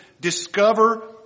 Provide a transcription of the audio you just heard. discover